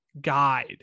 guide